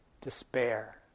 despair